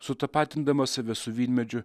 sutapatindamas save su vynmedžiu